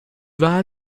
wahl